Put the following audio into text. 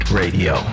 radio